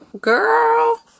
Girl